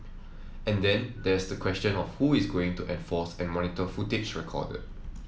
and then there's the question of who is going to enforce and monitor footage recorded